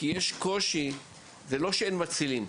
זה לא שאין מצילים,